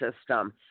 system